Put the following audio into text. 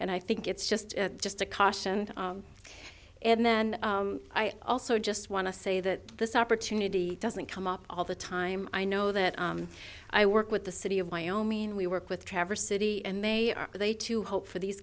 and i think it's just just a caution and then i also just want to say that this opportunity doesn't come up all the time i know that i work with the city of wyoming we work with traverse city and they are they to hope for these